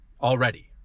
already